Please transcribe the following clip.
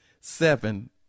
Seven